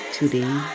today